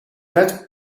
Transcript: that